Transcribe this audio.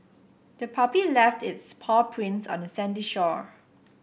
the puppy left its paw prints on the sandy shore